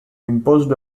imposed